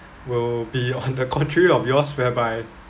will be on the contrary of yours whereby